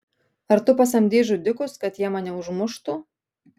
ar tu pasamdei žudikus kad jie mane užmuštų